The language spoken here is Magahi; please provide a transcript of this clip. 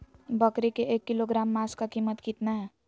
बकरी के एक किलोग्राम मांस का कीमत कितना है?